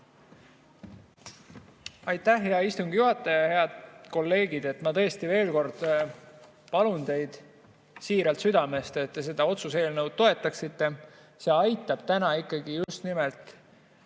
Aitäh, hea istungi juhataja! Head kolleegid! Ma tõesti veel kord palun teid siiralt südamest, et te seda otsuse eelnõu toetaksite. See aitab just nimelt